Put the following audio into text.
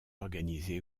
organisé